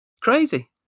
Crazy